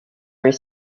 were